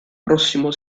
prossimo